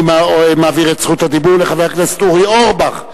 אני מעביר את זכות הדיבור לחבר הכנסת אורי אורבך,